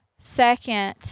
Second